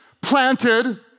planted